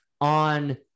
on